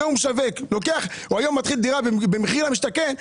היום דירה במחיר למשתכן,